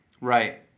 Right